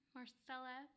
Marcella